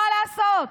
מה לעשות.